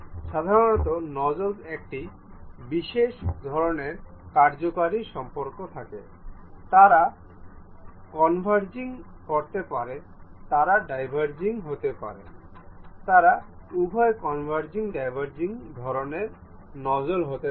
সাধারণ নোজলের একটি বিশেষ ধরণের কার্যকরী সম্পর্ক থাকে তারা কনভারজিং করতে পারে তারা ডাইভারজিং হতে পারে তারা উভয় কনভারজিং ডাইভারজিং ধরণের নোজল হতে পারে